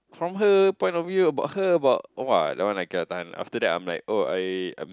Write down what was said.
from her point of view about her about !wah! that one I cannot tahan after that I am like oh I'm